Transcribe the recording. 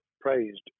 praised